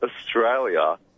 Australia